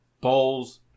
bowls